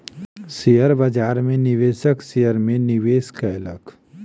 share बाजार में निवेशक शेयर में निवेश कयलक